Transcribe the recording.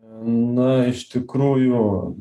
na iš tikrųjų